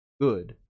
good